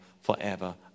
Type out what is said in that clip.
forever